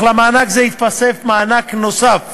אך למענק זה יתווסף מענק נוסף